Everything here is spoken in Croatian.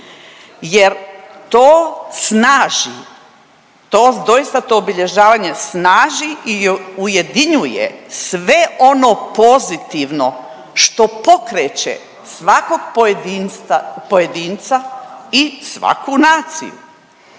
jer to snaži, to doista to obilježavanje snaži i ujedinjuje sve ono pozitivno što pokreće svakog pojedinca i svaku naciju.